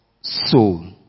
soul